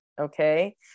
Okay